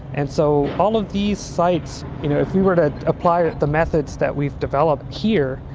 and so all of these sites, you know if we were to apply the methods that we've developed here,